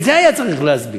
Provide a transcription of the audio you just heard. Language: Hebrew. את זה היה צריך להסביר.